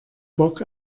bock